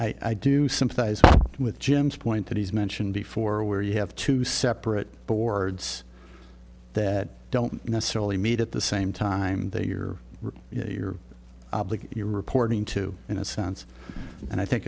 i do sympathize with jim's point that he's mentioned before where you have to separate boards that don't necessarily meet at the same time they are your you're reporting to in a sense and i think